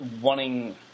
wanting